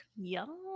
Yum